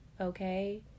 okay